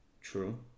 True